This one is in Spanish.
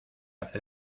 hacer